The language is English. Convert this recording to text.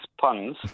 puns